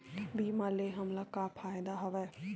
बीमा ले हमला का फ़ायदा हवय?